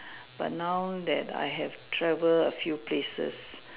but now that I have travel a few places